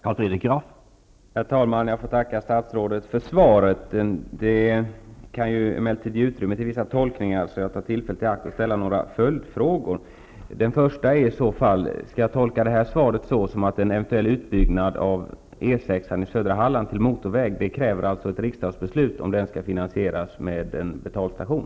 Herr talman! Jag får tacka statsrådet för svaret. Det kan emellertid ge utrymme för vissa tolkningar. Jag tar tillfället i akt att ställa några följdfrågor. Skall jag tolka det här svaret så att en eventuell utbyggnad av E 6 i södra Halland till motorväg kräver ett riksdagsbeslut om den skall finansieras med en betalstation?